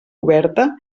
oberta